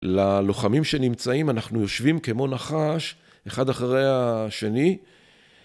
ללוחמים שנמצאים אנחנו יושבים כמו נחש אחד אחרי השני